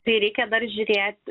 tai reikia peržiūrėti